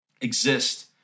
exist